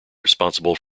responsible